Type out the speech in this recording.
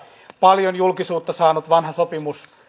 paljon julkisuutta saanut vanha sopimus